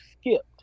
skipped